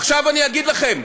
עכשיו אני אגיד לכם.